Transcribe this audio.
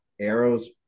arrows